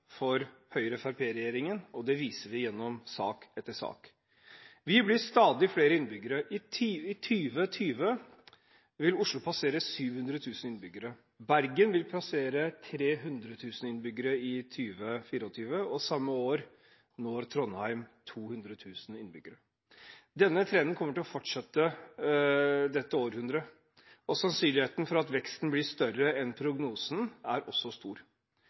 for Høyre–Fremskrittsparti-regjeringen, og det viser vi gjennom sak etter sak. Vi blir stadig flere innbyggere. I 2020 vil Oslo passere 700 000 innbyggere. Bergen vil passere 300 000 innbyggere i 2024, og samme år når Trondheim 200 000 innbyggere. Denne trenden kommer til å fortsette i dette århundret, og sannsynligheten for at veksten blir større enn prognosen, er stor.